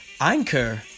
Anchor